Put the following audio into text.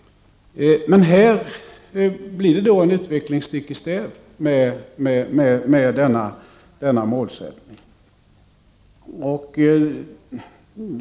Men här blir det en utveckling stick i stäv med denna målsättning.